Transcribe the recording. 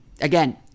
again